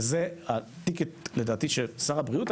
וזה התיק ששר הבריאות,